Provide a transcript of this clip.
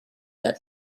that